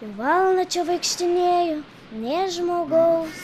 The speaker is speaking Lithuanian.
valandą čia vaikštinėju nė žmogaus